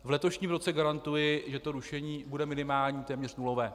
V letošním roce garantuji, že to rušení bude minimální, téměř nulové.